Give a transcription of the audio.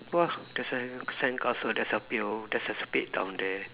oh there's a sandcastle there's a pail there's a spade down there